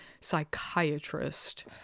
psychiatrist